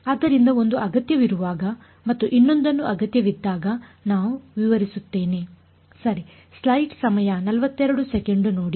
ಆದ್ದರಿಂದ ಒಂದು ಅಗತ್ಯವಿರುವಾಗ ಮತ್ತು ಇನ್ನೊಂದನ್ನು ಅಗತ್ಯವಿದ್ದಾಗ ನಾವು ವಿವರಿಸುತ್ತೇನೆ ಸರಿ